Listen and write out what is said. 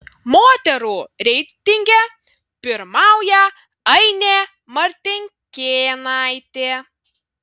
moterų reitinge pirmauja ainė martinkėnaitė